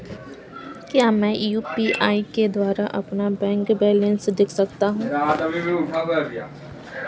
क्या मैं यू.पी.आई के द्वारा अपना बैंक बैलेंस देख सकता हूँ?